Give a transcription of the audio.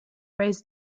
raise